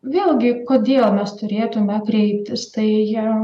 vėlgi kodėl mes turėtume kreiptis tai